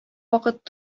вакыт